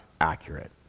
accurate